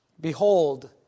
Behold